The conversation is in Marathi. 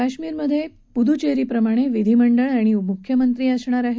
कश्मीरमध्ये प्द्च्चेरी प्रमाणे विधिमंडळ आणि मुख्यमंत्री असणार आहे